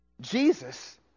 Jesus